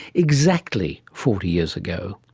exactly forty years ago.